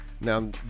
Now